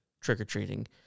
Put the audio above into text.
trick-or-treating